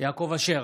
יעקב אשר,